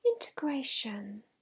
integration